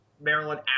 Maryland